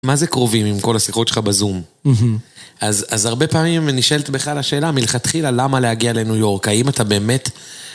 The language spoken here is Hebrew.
מה זה קרובים עם כל השיחות שלך בזום? אז הרבה פעמים נשאלת בכלל את השאלה, מלכתחילה, למה להגיע לניו יורק? האם אתה באמת...